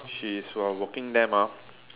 she is from working there mah